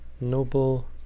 Noble